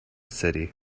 city